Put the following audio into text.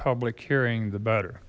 public hearing the better